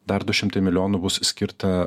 dar du šimtai milijonų bus skirta